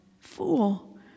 fool